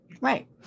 Right